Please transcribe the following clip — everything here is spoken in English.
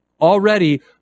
Already